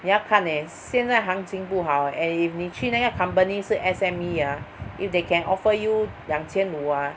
你要看 eh 现在行情不好 and if 你去那个 company 是 S_M_E ah if they can offer you 两千五 ah